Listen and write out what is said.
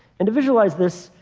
and to visualize this,